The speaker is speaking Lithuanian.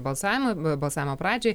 balsavimo balsavimo pradžiai